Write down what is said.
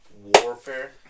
warfare